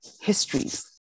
histories